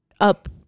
up